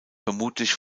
vermutlich